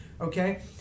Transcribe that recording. Okay